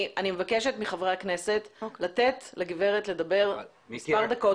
אני מבקשת מחברי הכנסת לתת לגברת לדבר מספר דקות.